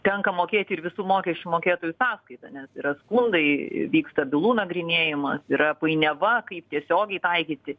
tenka mokėti ir visų mokesčių mokėtojų sąskaita nes yra skundai vyksta bylų nagrinėjimas yra painiava kaip tiesiogiai taikyti